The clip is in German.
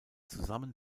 zusammen